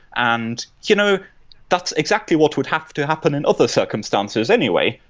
and you know that's exactly what would have to happen in other circumstances anyway.